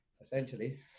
essentially